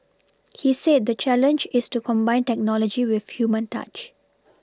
he said the challenge is to combine technology with human touch